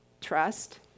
trust